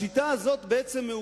בעצם,